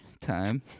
time